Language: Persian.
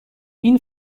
این